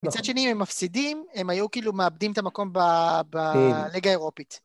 מצד שני אם הם מפסידים, הם היו כאילו מאבדים את המקום בליגה האירופית